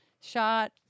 shot